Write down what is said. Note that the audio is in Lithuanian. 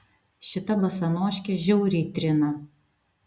šita basanoškė žiauriai trina